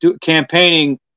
campaigning